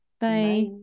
Bye